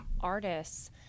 artists